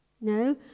no